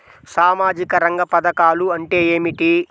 సామాజిక రంగ పధకాలు అంటే ఏమిటీ?